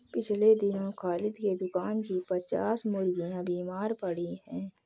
पिछले दिनों खालिद के दुकान की पच्चास मुर्गियां बीमार पड़ गईं